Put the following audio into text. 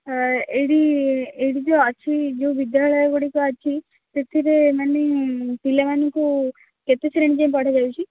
ତ ଏଇଠି ଏଇଠି ଯେଉଁ ଅଛି ଯେଉଁ ବିଦ୍ୟାଳୟଗୁଡ଼ିକ ଅଛି ସେଥିରେ ମାନେ ପିଲାମାନଙ୍କୁ କେତେ ଶ୍ରେଣୀ ଯାଏଁ ପଢ଼ା ଯାଉଛି